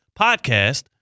podcast